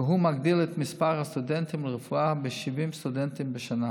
והוא מגדיל את מספר הסטודנטים לרפואה ב-70 סטודנטים בשנה.